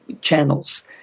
channels